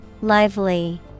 Lively